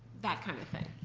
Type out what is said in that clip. that kind of thing.